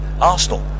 Arsenal